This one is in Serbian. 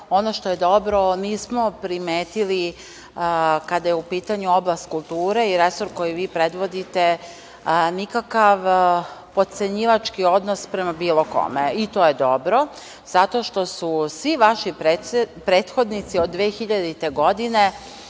ono što je dobro nismo primetili kada je u pitanju oblast kulture i resor koji vi predvodite nikakav potcenjivački odnos prema bilo kome. To je dobro zato što su svi vaši prethodnici od 2000. godine